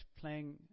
playing